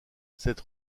cette